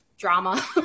drama